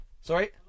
Sorry